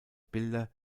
bilder